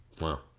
Wow